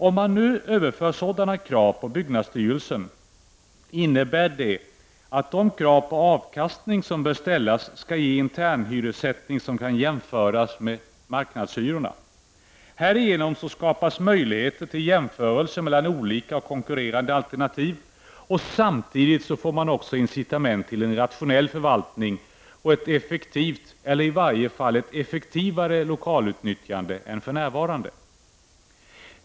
Om man nu överför sådana krav på byggnadsstyrelsen, innebär det att de krav på avkastning som bör ställas skall ge en internhyressättning som kan jämföras med marknadshyrorna. Härigenom skapas möjligheter till jämförelse mellan olika och konkurrerande alternativ, och samtidigt får man också incitament till en rationell förvaltning och ett effektivt, eller i varje fall effektivare, lokalutnyttjande än för närvarande.